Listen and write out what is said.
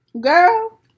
girl